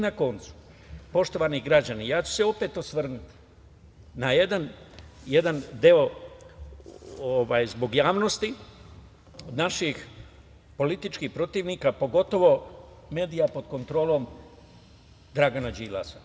Na koncu, poštovani građani, opet ću se osvrnuti na jedan deo zbog javnosti, naših političkih protivnika, pogotovo medija pod kontrolom Dragana Đilasa.